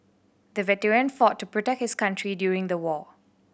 the veteran fought to protect his country during the war